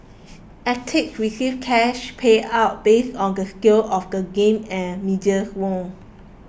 athletes receive cash payouts based on the scale of the games and medals won